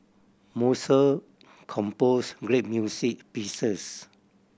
Mozart composed great music pieces